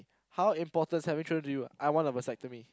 how important's having children to you I want a vasectomy